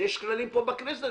יש כללים פה בכנסת,